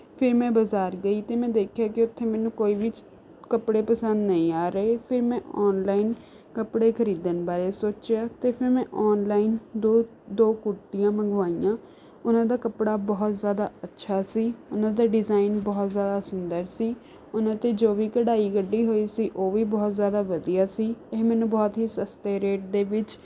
ਫਿਰ ਮੈਂ ਬਾਜ਼ਾਰ ਗਈ ਅਤੇ ਮੈਂ ਦੇਖਿਆ ਕਿ ਉੱਥੇ ਮੈਨੂੰ ਕੋਈ ਵੀ ਕੱਪੜੇ ਪਸੰਦ ਨਹੀਂ ਆ ਰਹੇ ਫਿਰ ਮੈਂ ਔਨਲਾਈਨ ਕੱਪੜੇ ਖਰੀਦਣ ਬਾਰੇ ਸੋਚਿਆ ਅਤੇ ਫਿਰ ਮੈਂ ਔਨਲਾਈਨ ਦੋ ਦੋ ਕੁੜਤੀਆਂ ਮੰਗਵਾਈਆਂ ਉਹਨਾਂ ਦਾ ਕੱਪੜਾ ਬਹੁਤ ਜ਼ਿਆਦਾ ਅੱਛਾ ਸੀ ਉਹਨਾਂ ਦੇ ਡਿਜ਼ਾਇਨ ਬਹੁਤ ਜ਼ਿਆਦਾ ਸੁੰਦਰ ਸੀ ਉਹਨਾਂ 'ਤੇ ਜੋ ਵੀ ਕਢਾਈ ਕੱਢੀ ਹੋਈ ਸੀ ਉਹ ਵੀ ਬਹੁਤ ਜ਼ਿਆਦਾ ਵਧੀਆ ਸੀ ਇਹ ਮੈਨੂੰ ਬਹੁਤ ਹੀ ਸਸਤੇ ਰੇਟ ਦੇ ਵਿੱਚ